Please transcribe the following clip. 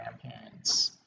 grandparents